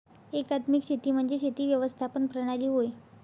एकात्मिक शेती म्हणजे शेती व्यवस्थापन प्रणाली होय